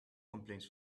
complaints